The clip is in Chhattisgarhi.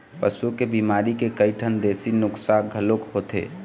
पशु के बिमारी के कइठन देशी नुक्सा घलोक होथे